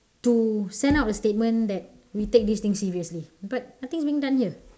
to send out a statement that we take this thing seriously but nothing has been done here